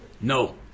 No